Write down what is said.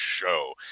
Show